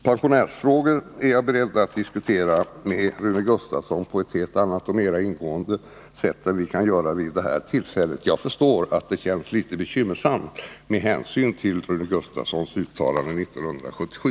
Pensionärsfrågor är jag beredd att diskutera med Rune Gustavsson på ett helt annat och mer ingående sätt än vad vi kan göra vid det här tillfället — jag förstår att det känns litet bekymmersamt för Rune Gustavsson med hänsyn till hans uttalande 1977.